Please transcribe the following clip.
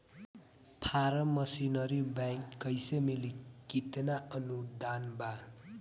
Form machinery bank कैसे मिली कितना अनुदान बा?